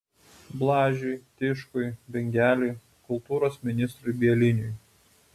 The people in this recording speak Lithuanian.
blažiui tiškui bingeliui kultūros ministrui bieliniui